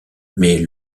mais